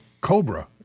Cobra